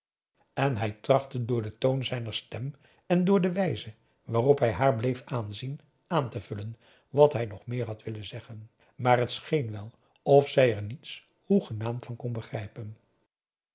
en hij trachtte door den toon zijner stem en door de wijze waarop hij haar bleef aanzien aan te vullen wat hij nog meer had willen zeggen maar het scheen wel alsof zij er niets hoegenaamd van kon begrijpen